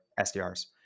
SDRs